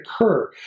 occur